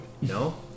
No